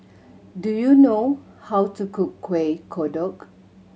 do you know how to cook Kuih Kodok